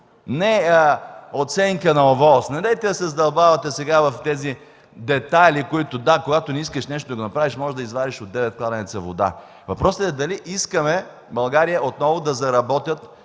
Не оценка на ОВОС. Недейте да се задълбавате в тези детайли. Да, когато не искаш да направиш нещо, можеш да извадиш от девет кладенеца вода. Въпросът е дали искаме в България отново да заработят